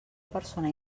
persona